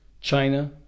China